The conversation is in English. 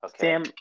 Sam